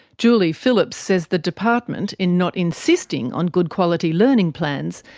julie phillips says the department, in not insisting on good quality learning plans,